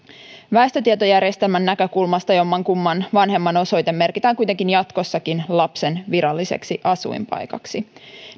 väestötietojärjestelmän näkökulmasta jommankumman vanhemman osoite merkitään kuitenkin jatkossakin lapsen viralliseksi asuinpaikaksi